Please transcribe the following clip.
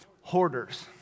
Hoarders